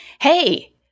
hey